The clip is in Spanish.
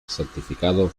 certificado